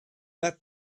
that